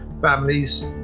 families